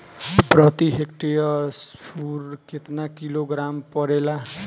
प्रति हेक्टेयर स्फूर केतना किलोग्राम परेला?